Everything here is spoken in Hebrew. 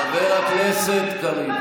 חבר הכנסת קריב,